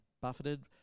buffeted